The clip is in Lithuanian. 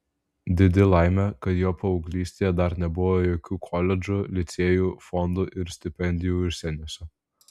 didi laimė kad jo paauglystėje dar nebuvo jokių koledžų licėjų fondų ir stipendijų užsieniuose